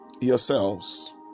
yourselves